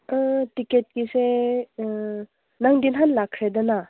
ꯇꯤꯛꯀꯦꯠꯀꯤꯁꯦ ꯅꯪꯗꯤ ꯅꯍꯥꯟ ꯂꯥꯛꯈ꯭ꯔꯦꯗꯅ